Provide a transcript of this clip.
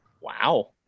wow